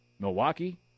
milwaukee